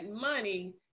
money